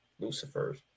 Lucifer's